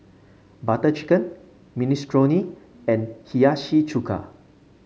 Butter Chicken Minestrone and Hiyashi Chuka